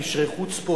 קשרי חוץ פה,